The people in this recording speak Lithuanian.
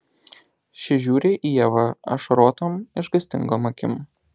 ši žiūri į ievą ašarotom išgąstingom akim